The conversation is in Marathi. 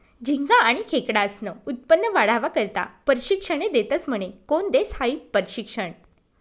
झिंगा आनी खेकडास्नं उत्पन्न वाढावा करता परशिक्षने देतस म्हने? कोन देस हायी परशिक्षन?